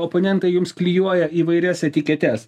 oponentai jums klijuoja įvairias etiketes